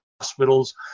hospitals